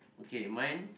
okay mine